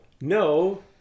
No